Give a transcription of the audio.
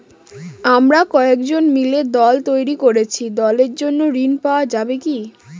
আমরা কয়েকজন মিলে দল তৈরি করেছি দলের জন্য ঋণ পাওয়া যাবে কি?